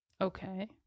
Okay